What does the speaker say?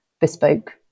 bespoke